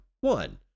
one